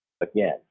Again